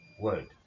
word